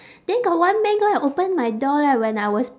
then got one man go and open my door leh when I was